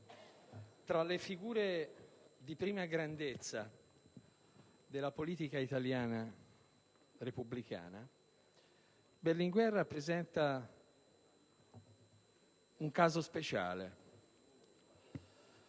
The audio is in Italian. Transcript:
tra le figure di prima grandezza della politica italiana repubblicana Berlinguer rappresenta un caso speciale: